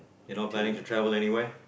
you're not planning to travel anywhere